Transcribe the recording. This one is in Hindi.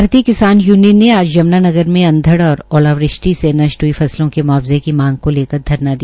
भारती किसान यूनियन ने आज यम्नानगर में अंधड़ और ओलावृष्टि से नष्ट हड् फसलों के मुआवजे की मांग को लेकर धरना दिया